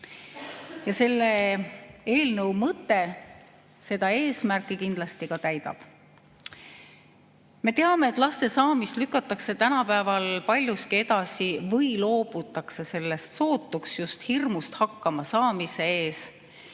Selle eelnõu mõte seda eesmärki kindlasti täidab. Me teame, et laste saamist lükatakse tänapäeval paljuski edasi või loobutakse sellest sootuks just hirmust [mitte] hakkamasaamise ees,